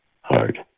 Hard